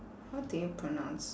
how do you pronounce